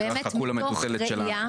חכו למטוטלת שלנו.